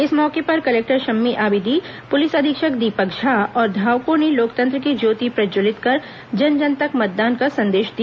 इस मौके पर कलेक्टर शम्मी आबिदी पुलिस अधीक्षक दीपक झा और धावकों ने लोकतंत्र की ज्योति प्रज्जवलित कर जन जन तक मतदान का संदेश दिया